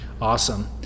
Awesome